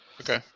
Okay